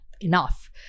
enough